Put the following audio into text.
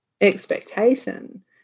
expectation